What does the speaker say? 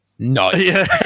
Nice